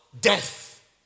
death